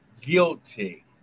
guilty